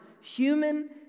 human